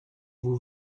vous